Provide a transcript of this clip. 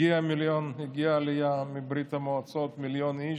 הגיעה עלייה מברית המועצות, מיליון איש,